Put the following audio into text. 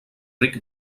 ric